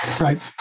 Right